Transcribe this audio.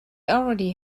already